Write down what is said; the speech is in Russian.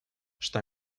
что